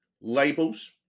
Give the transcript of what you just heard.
labels